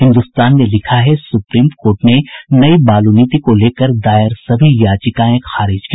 हिन्दुस्तान ने लिखा है सुप्रीम कोर्ट ने नई बालू नीति को लेकर दायर सभी याचिकाएं खारिज की